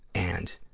and